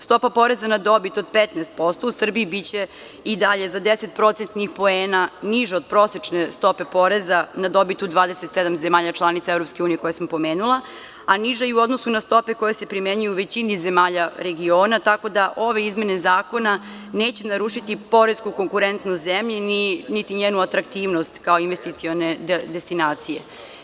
Stopa poreza na dobit od 15% u Srbiji biće i dalje za 10 procentnih poena niža od prosečne stope poreza na dobit u 27 zemalja članica EU, koje sam pomenula, a niža i u odnosu na stope koje se primenjuju u većini zemalja regiona, tako da ove izmene zakona neće narušiti poresku konkurentnost zemlji niti njenu atraktivnost kao investicione destinacije.